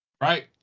right